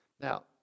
Now